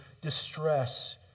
distress